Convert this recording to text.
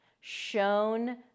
shown